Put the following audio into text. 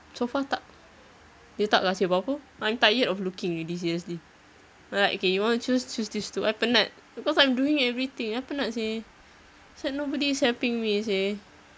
so far tak dia tak kasi apa-apa I'm tired of looking already seriously like okay you want to choose choose these two I penat because I'm doing everything I penat seh it's like nobody is helping me seh